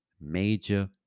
Major